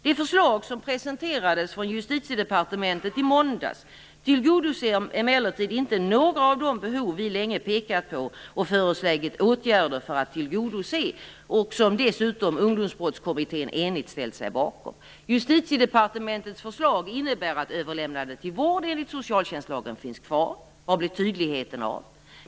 Det förslag som presenterades från Justitiedepartementet i måndags tillgodoser emellertid inte några av de behov vi länge pekat på och föreslagit åtgärder för att tillgodose och som dessutom Ungdomsbrottskommittén enigt har ställt sig bakom. Justitiedepartementets förslag innebär att överlämnande till vård enligt socialtjänstlagen finns kvar. Var blev tydligheten av?